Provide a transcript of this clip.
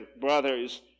brothers